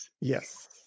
Yes